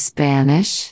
Spanish